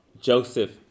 Joseph